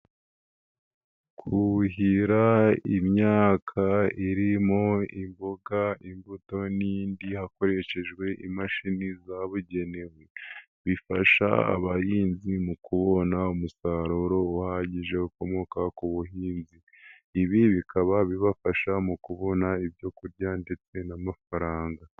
Kuhira imyaka irimo imboga, imbuto n'indi hakoreshejwe imashini zabugenewe, bifasha abahinzi mu kubona umusaruro uhagije ukomoka ku buhinzi. Ibi bikaba bibafasha mu kubona ibyo kurya ndetse n'amafaranga.